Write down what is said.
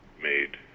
made